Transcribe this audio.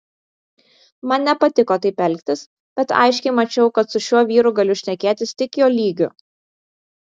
man nepatiko taip elgtis bet aiškiai mačiau kad su šiuo vyru galiu šnekėtis tik jo lygiu